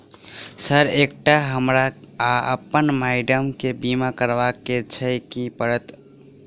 Sir एकटा हमरा आ अप्पन माइडम केँ बीमा करबाक केँ छैय की करऽ परतै?